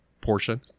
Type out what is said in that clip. portion